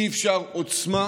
אי-אפשר עוצמה